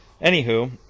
anywho